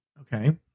Okay